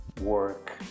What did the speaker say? work